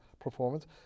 performance